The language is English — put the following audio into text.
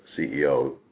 CEO